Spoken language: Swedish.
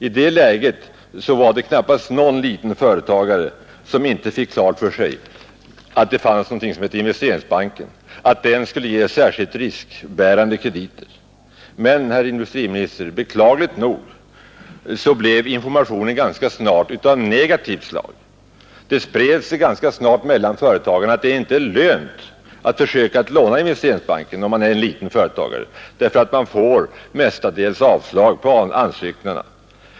I det läget var det knappast någon liten företagare som inte fick klart för sig att det finns någonting som heter Investeringsbanken och att den skulle ge särskilt riskbärande krediter. Men, herr industriminister, beklagligt nog blev informationen ganska snart av negativt slag. Det spred sig tämligen snart mellan företagarna att det inte är lönt försöka låna i Investeringsbanken om man är en liten företagare, därför att man mestadels får avslag på ansökningarna.